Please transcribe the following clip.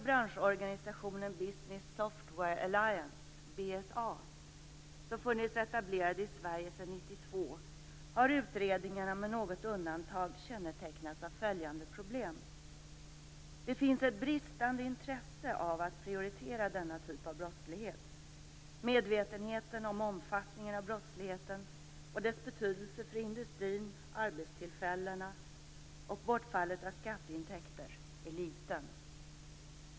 Business Software Alliance, BSA, som funnits etablerad i Sverige sedan 1992, har utredningarna med något undantag kännetecknats av följande problem. Det finns ett bristande intresse av att prioritera denna typ av brottslighet. Medvetenheten om omfattningen av brottsligheten och dess betydelse för industrin, arbetstillfällena och bortfallet av skatteintäkter är liten.